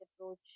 approach